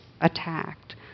attacked